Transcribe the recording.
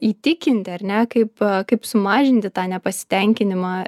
įtikinti ar ne kaip kaip sumažinti tą nepasitenkinimą